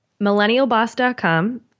Millennialboss.com